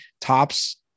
Tops